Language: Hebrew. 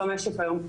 במשק היום.